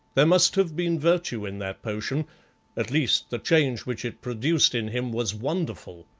there must have been virtue in that potion at least, the change which it produced in him was wonderful.